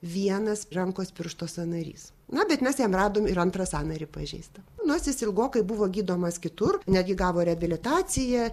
vienas rankos piršto sąnarys na bet mes jam radom ir antrą sąnarį pažeistą nors jis ilgokai buvo gydomas kitur netgi gavo reabilitaciją